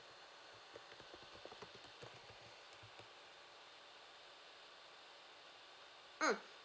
mm